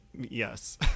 Yes